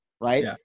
right